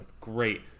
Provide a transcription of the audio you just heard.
Great